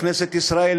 בכנסת ישראל,